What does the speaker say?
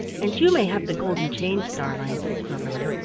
and you may have the golden chain, starlein, said silverling.